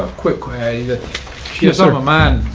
quick way that she has ah a man